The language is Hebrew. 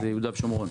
זה ביהודה ושומרון.